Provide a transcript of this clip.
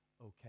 okay